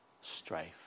strife